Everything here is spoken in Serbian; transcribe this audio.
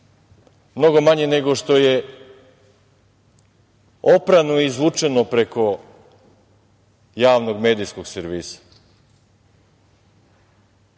mnogo manje nego što je oprano i izvučeno preko javnog medijskog servisa. Još